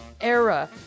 era